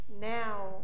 now